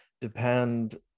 depend